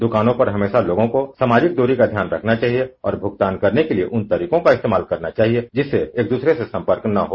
दुकानों पर हमेशा लोगों को सामाजिक दूरी का ध्यान रखना चाहिए और भुगतान करने के लिए उन तरीकों का इस्तेमाल करना चाहिए जिससे एक दूसरे से संपर्क न हो